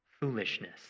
foolishness